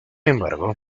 embargo